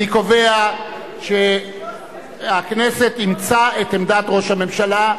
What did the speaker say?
אני קובע שהכנסת אימצה את עמדת ראש הממשלה.